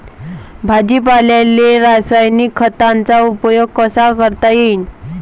भाजीपाल्याले रासायनिक खतांचा उपयोग कसा करता येईन?